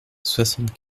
soixante